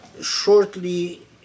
shortly